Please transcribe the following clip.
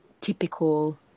typical